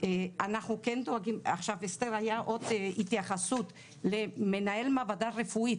היה עוד התייחסות למנהל מעבדה רפואית.